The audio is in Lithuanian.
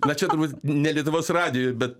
na čia turbūt ne lietuvos radijui bet